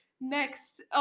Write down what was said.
next